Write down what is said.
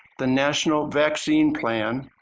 the national vaccine plan,